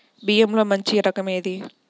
బియ్యంలో మంచి రకం ఏది?